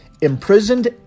imprisoned